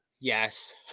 Yes